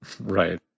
Right